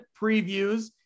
previews